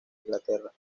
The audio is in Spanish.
inglaterra